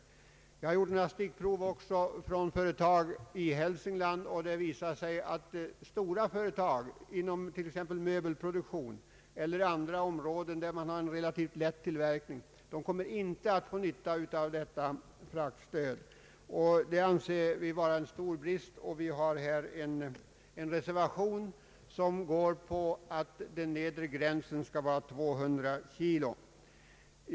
Jag har också gjort några stickprov vid företag i Hälsingland, varvid det visat sig att stora företag inom möbelproduktionen och andra branscher med relativt lätt tillverkning inte kommer att få nytta av detta fraktstöd. Det anser vi vara en stor brist, och vi har avgivit en reservation som går ut på att den nedre gränsen skall sättas vid 200 kg.